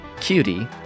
Cutie